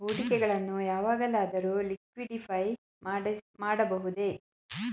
ಹೂಡಿಕೆಗಳನ್ನು ಯಾವಾಗಲಾದರೂ ಲಿಕ್ವಿಡಿಫೈ ಮಾಡಬಹುದೇ?